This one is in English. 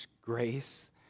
grace